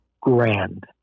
grand